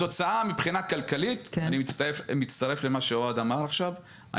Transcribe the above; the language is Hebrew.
התוצאה מבחינה כלכלית אני מצטרף למה שאוהד אמר עכשיו,